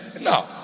Now